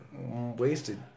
Wasted